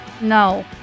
No